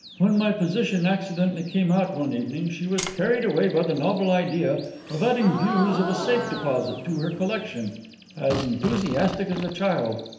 when my position accidentally came out one evening she was carried away by the novel idea of adding views of a safe-deposit to her collection as enthusiastic as a child.